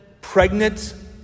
pregnant